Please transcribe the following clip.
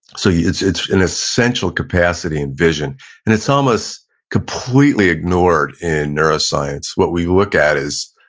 so yeah it's it's an essential capacity and vision and it's almost completely ignored in neuroscience. what we look at is,